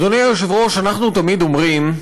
אדוני היושב-ראש, אנחנו תמיד אומרים,